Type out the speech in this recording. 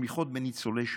תמיכות בניצולי שואה,